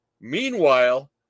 Meanwhile